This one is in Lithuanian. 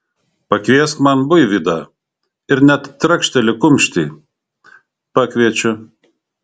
pakviesk man buivydą ir net trakšteli kumštį pakviečiu